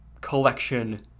collection